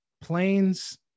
planes